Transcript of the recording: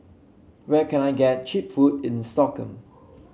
where can I get cheap food in Stockholm